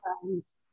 friends